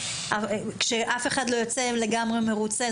אם אף אחד לא יצא לגמרי מרוצה,